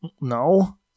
no